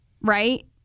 right